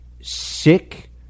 sick